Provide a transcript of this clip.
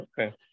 Okay